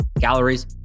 calories